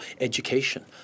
education